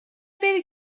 بری